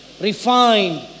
refined